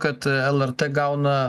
kad lrt gauna